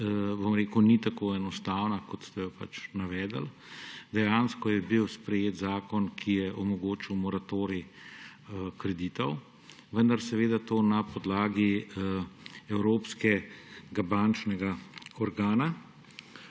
bom rekel, ni tako enostavna, kot ste jo navedli. Dejansko je bil sprejet zakon, ki je omogočil moratorij kreditov, vendar na podlagi evropskega bančnega organa,